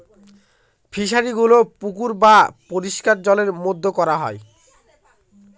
ফিশারিগুলো পুকুর বা পরিষ্কার জলের মধ্যে করা হয়